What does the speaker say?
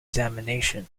examination